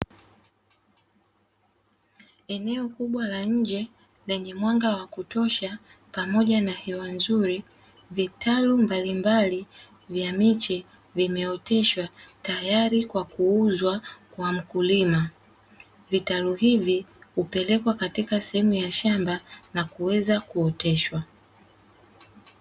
Eneo kubwa la nje lenye mwanga wa kutosha pamoja na hewa nzuri, vitalu mbalimbali vya miche vimeoteshwa tayari kwa kuuzwa kwa mkulima. Vitalu hivi hupelekwa katika sehemu ya shamba na kuweza kuoteshwa.